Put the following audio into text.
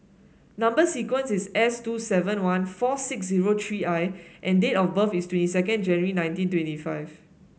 number sequence is S two seven one four six zero three I and date of birth is twenty second January nineteen twenty five